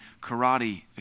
karate